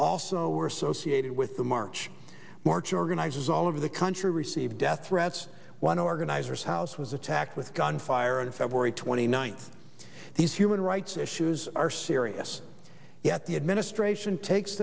also were associated with the march march organizers all over the country received death threats one organizers house was attacked with gunfire in february twenty ninth these human rights issues are serious yet the administration takes